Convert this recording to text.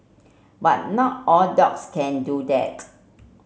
but not all dogs can do that